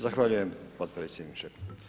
Zahvaljujem podpredsjedniče.